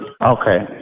Okay